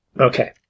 Okay